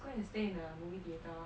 go and stay in a movie theater lor